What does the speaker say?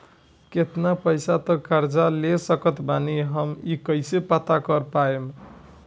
केतना पैसा तक कर्जा ले सकत बानी हम ई कइसे पता कर पाएम?